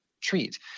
treat